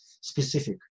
specific